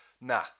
nah